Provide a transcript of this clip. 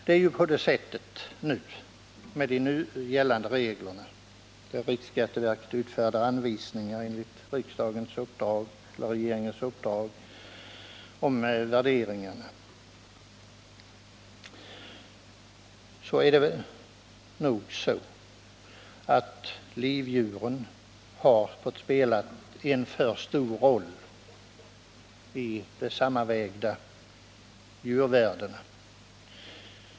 Med de nu gällande reglerna om värderingarna — riksskatteverket utfärdar anvisningar enligt regeringens uppdrag — har livdjuren fått spela en för stor roll i de sammanvägda djurvärdena.